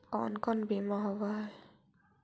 कोन कोन बिमा होवय है?